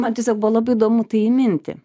man tiesiog buvo labai įdomu tai įminti